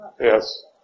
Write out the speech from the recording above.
Yes